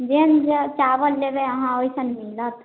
जेहन चावल लेबै अहाँ वैसन मिलत